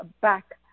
back